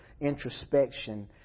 introspection